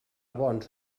bons